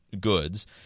goods